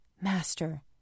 Master